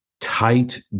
tight